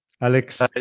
alex